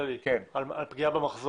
דיברתי על פיצוי כללי על פגיעה במחזור.